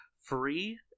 free